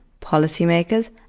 policymakers